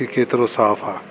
की केतिरो साफ़ आहे